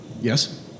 Yes